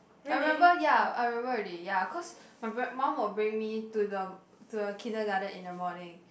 I remember ya I remember already ya cause my mum will bring me to the to the kindergarten in the morning